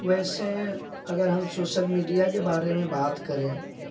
ویسے اگر ہم سوشل میڈیا کے بارے میں بات کریں